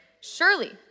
surely